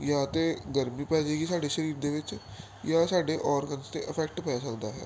ਜਾਂ ਤਾਂ ਗਰਮੀ ਪੈ ਜੇਗੀ ਸਾਡੇ ਸਰੀਰ ਦੇ ਵਿੱਚ ਜਾਂ ਸਾਡੇ ਓਰਗਨ 'ਤੇ ਇਫੈਕਟ ਪੈ ਸਕਦਾ ਹੈ